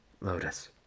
Lotus